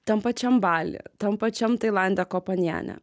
tam pačiam baly tam pačiam tailande ko panjane